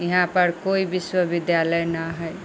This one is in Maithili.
इहाँ पर कोइ बिश्वबिद्यालय ना है